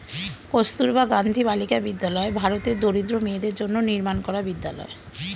কস্তুরবা গান্ধী বালিকা বিদ্যালয় ভারতের দরিদ্র মেয়েদের জন্য নির্মাণ করা বিদ্যালয়